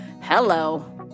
Hello